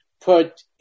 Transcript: put